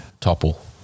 topple